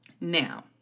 Now